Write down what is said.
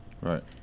Right